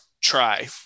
try